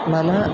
मम